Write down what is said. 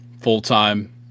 full-time